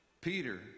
Peter